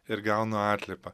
ir gaunu atliepą